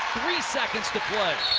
three seconds to play.